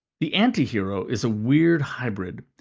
the anti-hero is a weird hybrid.